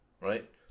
right